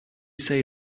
say